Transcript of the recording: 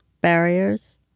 barriers